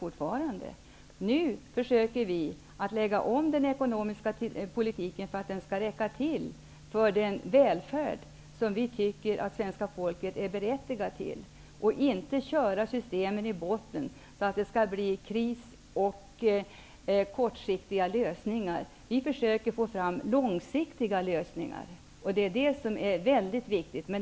Nu försöker regeringen att lägga om den ekonomiska politiken så att pengarna skall räcka till den välfärd som vi tycker att svenska folket är berättigat till. Man försöker undvika att köra systemen i botten så att det blir kris och kortsiktiga lösningar. Regeringen försöker få fram långsiktiga lösningar, och det är väldigt viktigt.